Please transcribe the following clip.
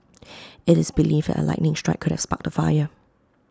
IT is believed that A lightning strike could have sparked the fire